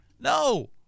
No